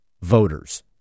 voters